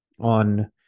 on